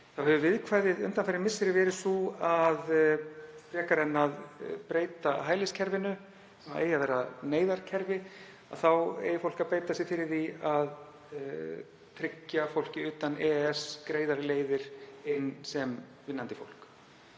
Þá hefur viðkvæðið undanfarin misseri verið það að frekar en að breyta hæliskerfinu, það eigi að vera neyðarkerfi, eigi að beita sér fyrir því að tryggja fólki utan EES greiðari leiðir inn sem vinnandi fólk,